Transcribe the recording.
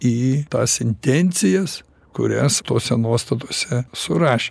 į tas intencijas kurias tose nuostatose suraš